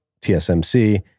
TSMC